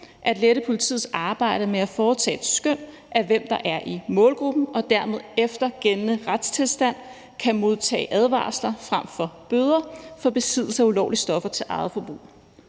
at lette politiets arbejde med at foretage et skøn af, hvem der er i målgruppen og dermed efter gældende retstilstand kan modtage advarsler frem for bøder for besiddelse af ulovlige stoffer til eget forbrug.